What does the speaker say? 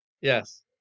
yes